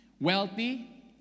Wealthy